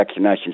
vaccinations